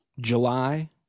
July